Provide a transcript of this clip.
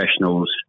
professionals